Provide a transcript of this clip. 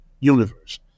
Universe